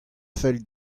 fell